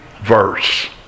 verse